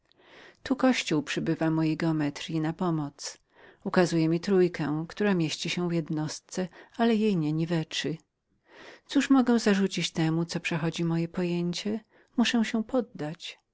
tu kościół przybywa mojej geometryi na pomoc on przedstawia mi wyrażenie trzech zawartych w jednostce nieniszcząc tej ostatniej cóż mogę zarzucić przeciw temu co przechodzi moje pojęcie muszę się poddać